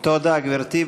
תודה, גברתי.